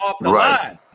right